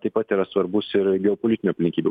taip pat yra svarbus ir geopolitinių aplinkybių